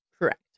Correct